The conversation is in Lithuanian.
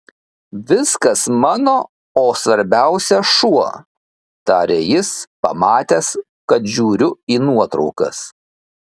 viskas mano o svarbiausia šuo tarė jis pamatęs kad žiūriu į nuotraukas